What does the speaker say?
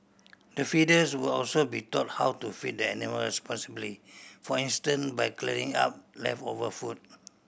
the feeders will also be taught how to feed the animals responsibly for instance by clearing up leftover food